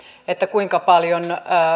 kuinka paljon